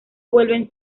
vuelven